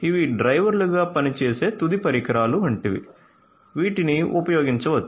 ఇవి డ్రైవర్లుగా పనిచేసే తుది పరికరాలు వంటివి వీటిని ఉపయోగించవచ్చు